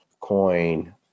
coin